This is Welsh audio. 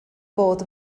fod